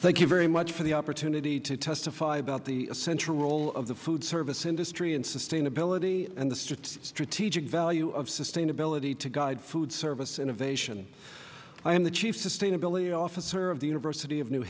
thank you very much for the opportunity to testify about the essential role of the food service industry and sustainability and the strategic value of sustainability to guide food service innovation i am the chief sustainability officer of the university of new